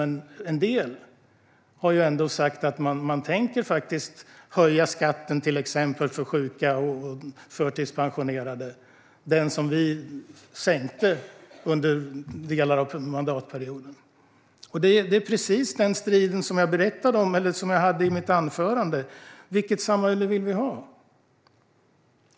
En del har sagt att de tänker höja den skatt för till exempel sjuka och förtidspensionerade som vi sänkte under delar av mandatperioden. Det är precis den strid som jag berättade om i mitt anförande. Vilket samhälle vill vi ha?